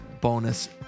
bonus